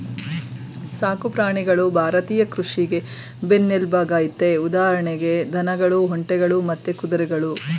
ಸಾಕು ಪ್ರಾಣಿಗಳು ಭಾರತೀಯ ಕೃಷಿಗೆ ಬೆನ್ನೆಲ್ಬಾಗಯ್ತೆ ಉದಾಹರಣೆಗೆ ದನಗಳು ಒಂಟೆಗಳು ಮತ್ತೆ ಕುದುರೆಗಳು